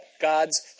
God's